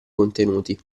contenuti